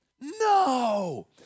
No